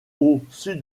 ouest